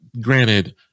Granted